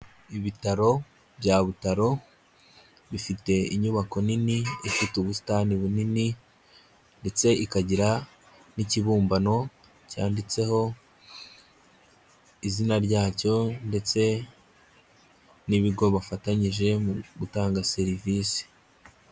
Ibitaro bya Butaro bifite inyubako nini ifite ubusitani bunini, ndetse ikagira n'ikibumbano cyanditseho izina ryacyo. Ndetse n'ibigo bafatanyije mu gutanga serivisi.